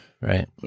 Right